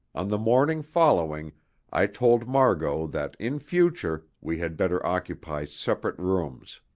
on the morning following i told margot that in future we had better occupy separate rooms.